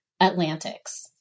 Atlantics